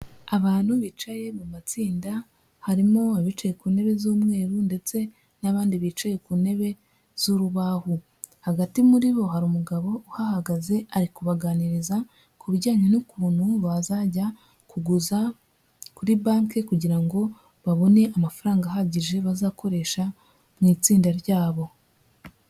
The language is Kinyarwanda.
Abantu bicaye mu matsinda harimo abicaye ku ntebe z'umweru ndetse n'abandi bicaye ku ntebe z'urubaho, hagati muri bo hari umugabo uhahagaze ari kubaganiriza ku bijyanye n'ukuntu bazajya kuguza kuri banki kugira ngo babone amafaranga ahagije bazakoresha mu itsinda ryabo.